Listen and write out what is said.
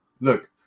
look